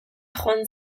joan